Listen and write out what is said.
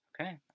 Okay